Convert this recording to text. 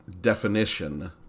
definition